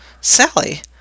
Sally